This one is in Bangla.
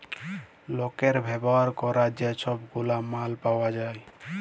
লকের ব্যাভার ক্যরার যে ছব গুলা মাল পাউয়া যায়